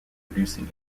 reducing